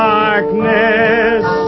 darkness